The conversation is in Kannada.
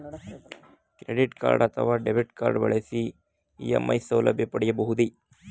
ಕ್ರೆಡಿಟ್ ಕಾರ್ಡ್ ಅಥವಾ ಡೆಬಿಟ್ ಕಾರ್ಡ್ ಬಳಸಿ ಇ.ಎಂ.ಐ ಸೌಲಭ್ಯ ಪಡೆಯಬಹುದೇ?